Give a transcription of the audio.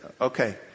okay